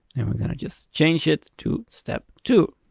and we're gonna just change it to step two.